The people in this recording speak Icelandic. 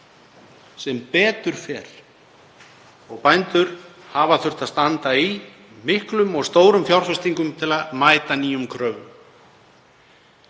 sem betur fer. Bændur hafa þurft að standa í miklum og stórum fjárfestingum til að mæta nýjum kröfum.